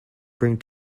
bring